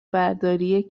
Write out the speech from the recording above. برداری